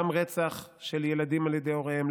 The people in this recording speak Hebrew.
גם רצח של ילדים על ידי הוריהם,